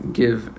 give